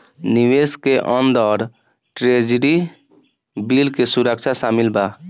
निवेश के अंदर ट्रेजरी बिल के सुरक्षा शामिल बा